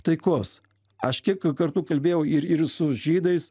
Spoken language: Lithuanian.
taikos aš kiek kartų kalbėjau ir ir su žydais